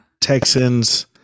Texans